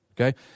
Okay